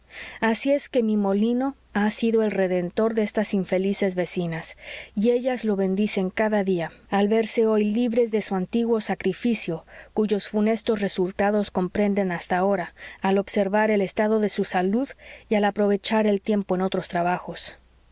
así es que mi molino ha sido el redentor de estas infelices vecinas y ellas lo bendicen cada día al verse hoy libres de su antiguo sacrificio cuyos funestos resultados comprenden hasta ahora al observar el estado de su salud y al aprovechar el tiempo en otros trabajos